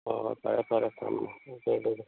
ꯑꯣ ꯐꯔꯦ ꯐꯔꯦ ꯊꯝꯃꯣ ꯑꯣꯀꯦ ꯑꯗꯨꯗꯤ